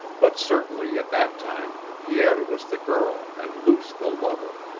but certainly at that time pierre was the girl and luce the lover.